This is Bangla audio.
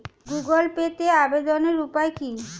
গুগোল পেতে আবেদনের উপায় কি?